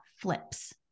flips